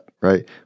Right